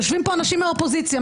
יושבים פה אנשים מהאופוזיציה,